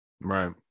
right